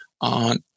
on